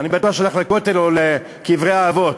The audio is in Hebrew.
אני בטוח שהוא הלך לכותל או לקברי האבות,